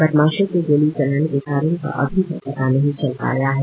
बदमाशों के गोली चलाने के कारण का अभी तक पता नही चल पाया है